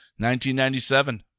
1997